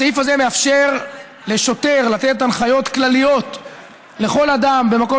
הסעיף הזה מאפשר לשוטר לתת הנחיות כלליות לכל אדם במקום